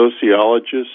sociologists